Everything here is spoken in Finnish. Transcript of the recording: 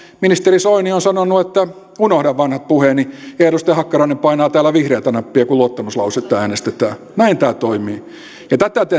ministeri soini on sanonut että unohda vanhat puheeni ja edustaja hakkarainen painaa täällä vihreätä nappia kun luottamuslausetta äänestetään näin tämä toimii ja tätä te